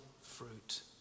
fruit